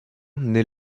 naît